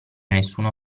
nessuno